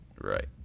Right